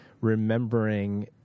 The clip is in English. remembering